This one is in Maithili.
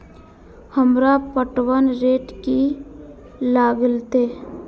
हमरा पटवन रेट की लागते?